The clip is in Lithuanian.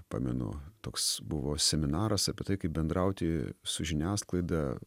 pamenu toks buvo seminaras apie tai kaip bendrauti su žiniasklaida